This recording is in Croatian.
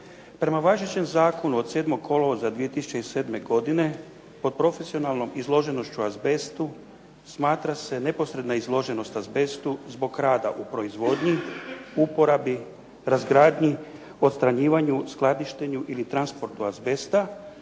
Prema važećem zakonu od 7. kolovoza 2007. godine pod profesionalnom izloženošću azbestu smatra se neposredna izloženost azbestu zbog rada u proizvodnji, uporabi, razgradnji, odstranjivanju, skladištenju ili transportu azbesta,